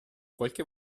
qualche